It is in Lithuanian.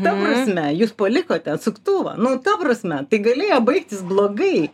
ta prasme jūs palikote atsuktuvą nu ta prasme tai galėjo baigtis blogai